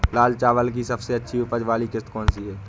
लाल चावल की सबसे अच्छी उपज वाली किश्त कौन सी है?